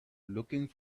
looking